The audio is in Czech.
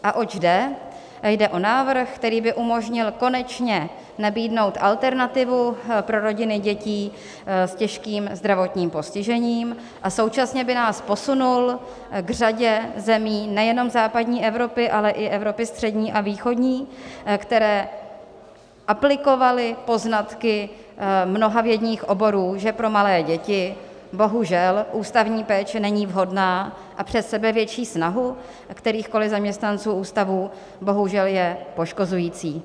Jde o návrh, který by umožnil konečně nabídnout alternativu pro rodiny dětí s těžkým zdravotním postižením, a současně by nás posunul k řadě zemí nejen západní Evropy, ale i Evropy střední a východní, které aplikovaly poznatky mnoha vědních oborů, že pro malé děti bohužel ústavní péče není vhodná a přes sebevětší snahu kterýchkoliv zaměstnanců ústavů bohužel je poškozující.